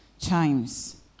times